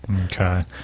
Okay